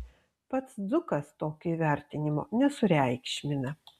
pats dzūkas tokio įvertinimo nesureikšmina